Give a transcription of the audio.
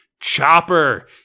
Chopper